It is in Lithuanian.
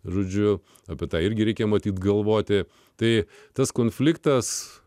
žodžiu apie tai irgi reikia matyt galvoti tai tas konfliktas